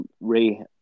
Ray